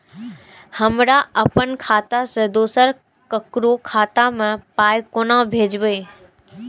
हमरा आपन खाता से दोसर ककरो खाता मे पाय कोना भेजबै?